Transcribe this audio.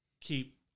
keep